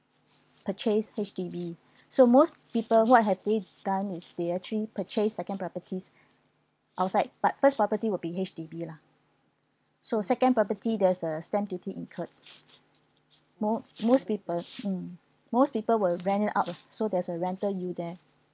purchase H_D_B so most people who are had it done is they actually purchased second properties outside but first property will be H_D_B lah so second property there is a stamp duty incurs most most people mm most people will rent it out uh so there is a rental yield there